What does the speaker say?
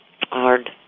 hard